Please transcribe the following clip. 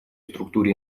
структуре